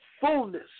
fullness